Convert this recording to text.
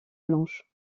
blanches